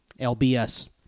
LBS